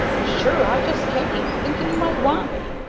sure i just came, thinking you might want me.